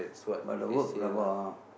but the work rabak ah